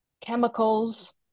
chemicals